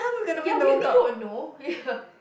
oh ya we we don't know yeah